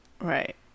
Right